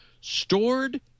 stored